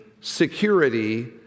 security